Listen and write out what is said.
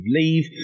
leave